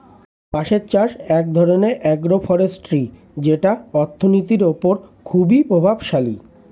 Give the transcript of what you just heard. বাঁশের চাষ এক ধরনের আগ্রো ফরেষ্ট্রী যেটা অর্থনীতির ওপর খুবই প্রভাবশালী